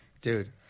Dude